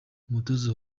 umutoza